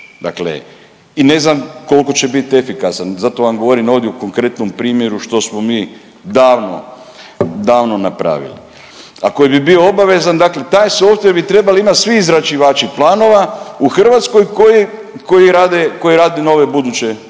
dakle i ne znam koliko će biti efikasan. Zato vam govorim ovdje u konkretnom primjeru što smo mi davno, davno napravili a koji bi bio obavezan. Dakle, taj softver bi trebali imati svi izrađivači planova u Hrvatskoj koji rade nove buduće planove